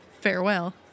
farewell